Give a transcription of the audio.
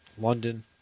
London